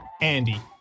Andy